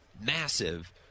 massive